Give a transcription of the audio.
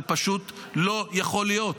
זה פשוט לא יכול להיות.